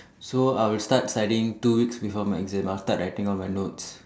so I will start studying two weeks before my exam I will start writing all my notes